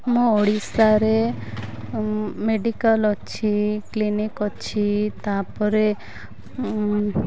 ମୋ ଓଡ଼ିଶାରେ ମେଡିକାଲ ଅଛି କ୍ଲିନିକ ଅଛି ତାପରେ